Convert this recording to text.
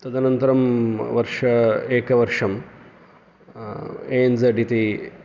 तदनन्तरं वर्ष एकवर्षं ए एन् ज़ेड् इति